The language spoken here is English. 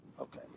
okay